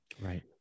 Right